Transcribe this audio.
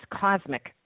cosmic